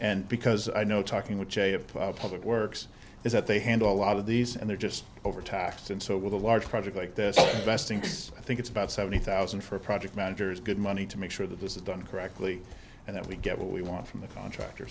and because i know talking with j of public works is that they handle a lot of these and they're just overtaxed and so with a large project like this best interest i think it's about seventy thousand for a project managers good money to make sure that this is done correctly and that we get what we want from the contractor